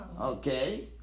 Okay